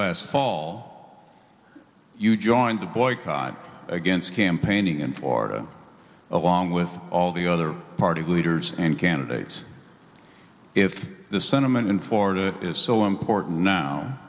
last fall you joined the boycott against campaigning in florida along with all the other party leaders and candidates if the sentiment in florida is so important now